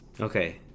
Okay